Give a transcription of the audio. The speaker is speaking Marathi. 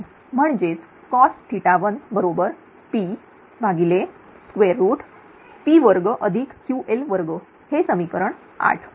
तुमचा PS1 म्हणजेच cos1Pp2Ql2हे समीकरण 8